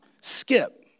skip